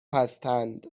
هستند